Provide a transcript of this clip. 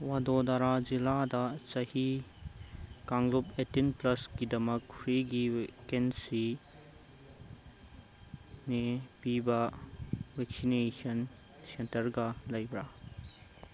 ꯕꯗꯣꯗꯔꯥ ꯖꯤꯜꯂꯥꯗ ꯆꯍꯤ ꯀꯥꯡꯜꯨꯞ ꯑꯦꯠꯇꯤꯟ ꯄ꯭ꯂꯁꯒꯤꯗꯃꯛ ꯐ꯭ꯔꯤꯒꯤ ꯄꯤꯕ ꯚꯦꯛꯁꯤꯅꯦꯁꯟ ꯁꯦꯟꯇꯔꯒ ꯂꯩꯕ꯭ꯔꯥ